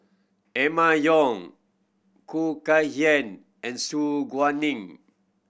Emma Yong Khoo Kay Hian and Su Guaning